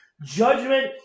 Judgment